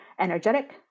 energetic